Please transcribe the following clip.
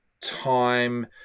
time